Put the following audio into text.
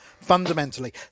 fundamentally